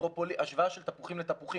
השוואה של תפוחים לתפוחים,